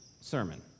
sermon